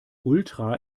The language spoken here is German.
ultra